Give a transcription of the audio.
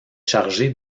chargée